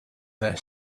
their